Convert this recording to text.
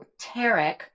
Tarek